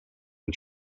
and